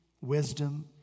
wisdom